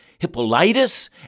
Hippolytus